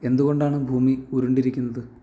എന്തുകൊണ്ടാണ് ഭൂമി ഉരുണ്ടിരിക്കുന്നത്